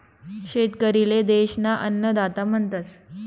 शेतकरी ले देश ना अन्नदाता म्हणतस